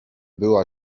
była